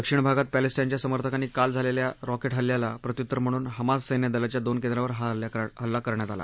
दक्षिण भागात पॅलेस्टाईनच्या समर्थकांनी काल केलेल्या रॉकेट हल्ल्याला प्रत्युत्तर म्हणून हमास सैन्य दलाच्या दोन केंद्रावर हा हल्ला करण्यात आला